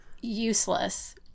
useless